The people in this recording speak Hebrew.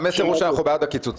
המסר הוא שאנחנו בעד הקיצוץ.